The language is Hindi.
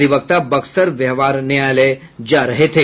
अधिवक्ता बक्सर व्यावहार न्यायालय जा रहे थे